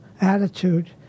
attitude